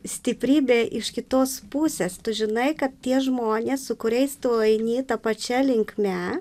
stiprybė iš kitos pusės tu žinai kad tie žmonės su kuriais tu eini ta pačia linkme